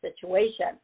situation